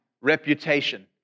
reputation